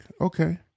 okay